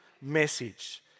message